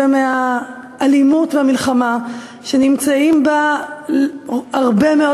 מהאלימות ומהמלחמה שנמצאים בהם הרבה מאוד